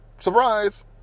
Surprise